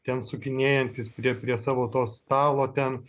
ten sukinėjantis prie prie savo to stalo ten